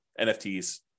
NFTs